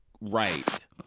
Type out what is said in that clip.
right